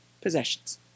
possessions